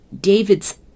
David's